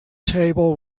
table